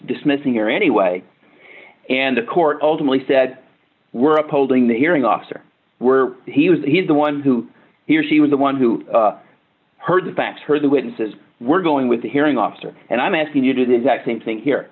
dismissing here anyway and the court ultimately said we're upholding the hearing officer were he was he's the one who he or she was the one who heard the facts heard the witnesses we're going with the hearing officer and i'm asking you do the exact same thing here